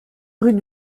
rue